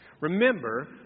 Remember